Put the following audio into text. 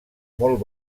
molt